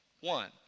one